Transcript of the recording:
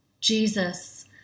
Jesus